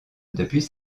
depuis